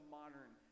modern